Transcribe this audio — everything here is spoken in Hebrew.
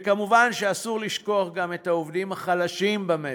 וכמובן אסור לשכוח גם את העובדים החלשים במשק.